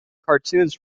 cartoons